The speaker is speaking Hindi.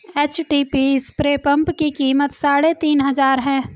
एचटीपी स्प्रे पंप की कीमत साढ़े तीन हजार है